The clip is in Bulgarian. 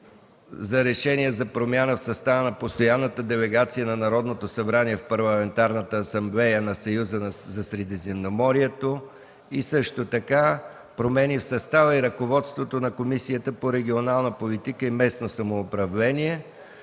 и храните, промяна в състава на Постоянната делегация на Народното събрание в Парламентарната асамблея на Съюза за Средиземноморието, промени в състава и ръководството на Комисията по регионална политика и местно самоуправление,